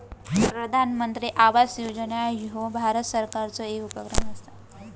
प्रधानमंत्री आवास योजना ह्यो भारत सरकारचो येक उपक्रम असा